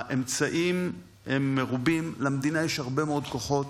האמצעים הם מרובים, למדינה יש הרבה מאוד כוחות.